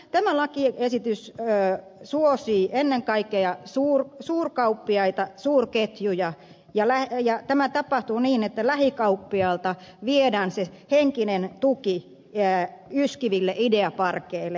tämä lakiesitys suosii ennen kaikkea suurkauppiaita suurketjuja ja tämä tapahtuu niin että lähikauppiaalta viedään se henkinen tuki yskiville ideaparkeille